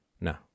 No